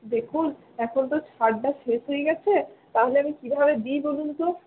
দেখুন এখন তো ছাড়টা শেষ হয়ে গেছে তাহলে আমি কীভাবে দিই বলুন তো